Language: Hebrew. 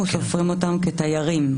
אנחנו סופרים אותם כתיירים,